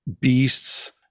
beasts